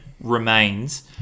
remains